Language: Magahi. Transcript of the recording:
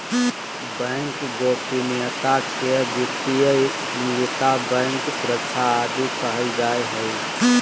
बैंक गोपनीयता के वित्तीय निजता, बैंक सुरक्षा आदि कहल जा हइ